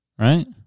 Right